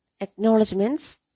acknowledgements